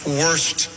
worst